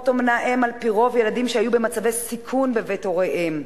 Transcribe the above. במשפחות אומנה הם על-פי רוב ילדים שהיו במצבי סיכון בבית הוריהם,